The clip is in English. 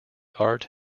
art